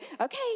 okay